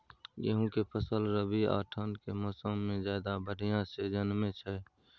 गेहूं के फसल रबी आ ठंड के मौसम में ज्यादा बढ़िया से जन्में छै?